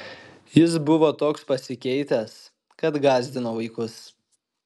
jis buvo toks pasikeitęs kad gąsdino vaikus